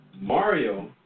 Mario